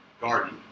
garden